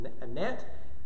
Annette